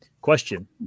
Question